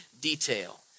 detail